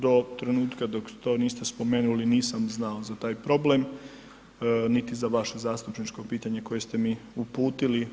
Do trenutka dok to niste spomenuli nisam znao za taj problem niti za vaše zastupničko pitanje koje ste mi uputili.